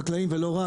חקלאים ולא רק,